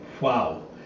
wow